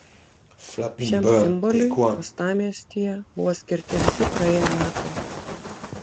šiam simboliui uostamiestyje buvo skirti visi praėję metai